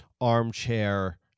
armchair